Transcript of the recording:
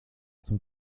zum